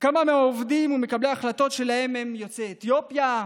כמה מהעובדים ומקבלי ההחלטות שלהם הם יוצאי אתיופיה,